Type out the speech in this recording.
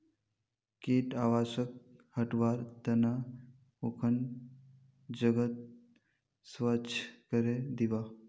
कीट आवासक हटव्वार त न उखन जगहक स्वच्छ करे दीबा